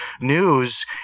news